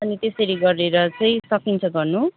अनि त्यसरी गरेर चाहिँ सकिन्छ गर्नु